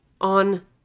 on